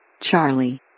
Charlie